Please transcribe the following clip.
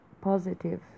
positive